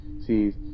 sees